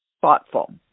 thoughtful